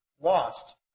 lost